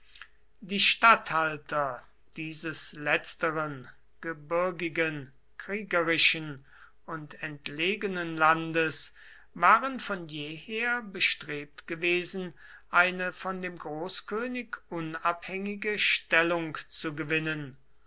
die statthalter dieses letzteren gebirgigen kriegerischen und entlegenen landes waren von je her bestrebt gewesen eine von dem großkönig unabhängige stellung zu gewinnen